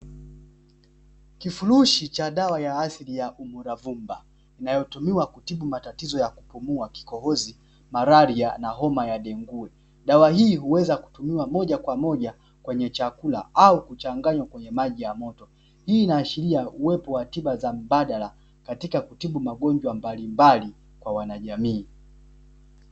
Kifurushi cha dawa ya asili ya Umuravumba inayotumiwa kutibu matatizo ya kupumua kikohozi, Malaria na homa ya Dengue dawa hii huweza kutumiwa moja kwa moja kwenye chakula au kuchanganywa kwenye maji yamoto, hii inaashiria uwepo wa tiba za mbadala katika kutibu magonjwa mbalimbali kwa wanajamii.